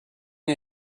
you